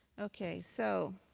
ok. so